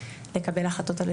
לקבל החלטות.